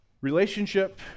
Relationship